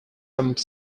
some